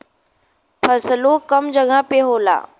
फसलो कम जगह मे होएला